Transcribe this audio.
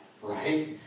Right